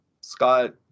Scott